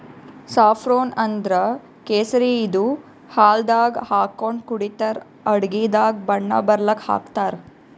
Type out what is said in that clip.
saffron ಅಂದ್ರ ಕೇಸರಿ ಇದು ಹಾಲ್ದಾಗ್ ಹಾಕೊಂಡ್ ಕುಡಿತರ್ ಅಡಗಿದಾಗ್ ಬಣ್ಣ ಬರಲಕ್ಕ್ ಹಾಕ್ತಾರ್